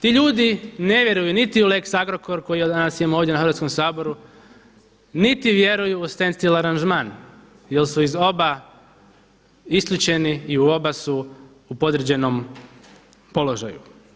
Ti ljudi ne vjeruju niti u lex Agrokor koji ovdje danas imamo na Hrvatskom saboru, niti vjeruju u standstill aranžman jer su iz oba isključeni i u oba su u podređenom položaju.